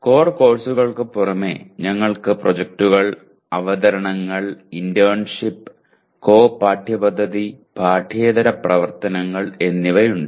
അതിനാൽ കോർ കോഴ്സുകൾക്ക് പുറമേ ഞങ്ങൾക്ക് പ്രോജക്റ്റുകൾ അവതരണങ്ങൾ ഇന്റേൺഷിപ്പ് കോ പാഠ്യപദ്ധതി പാഠ്യേതര പ്രവർത്തനങ്ങൾ എന്നിവയുണ്ട്